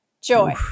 joy